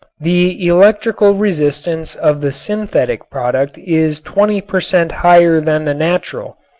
the electrical resistance of the synthetic product is twenty per cent, higher than the natural,